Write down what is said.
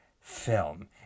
film